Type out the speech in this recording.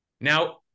now